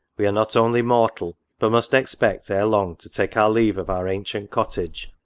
we are not only mortal, but must expect ere long to take our leave of our ancient cottage,